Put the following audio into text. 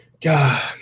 God